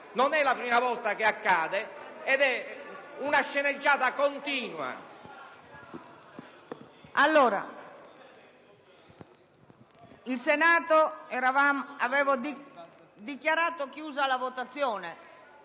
Non è la prima volta che accade ed è una sceneggiata continua.